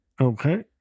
Okay